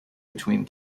between